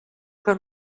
que